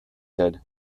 did